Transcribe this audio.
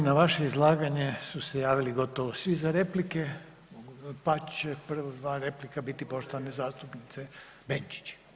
I na vaše izlaganje su se javili gotovo svi za replike, pa će prva replika biti poštovane zastupnice Benčić.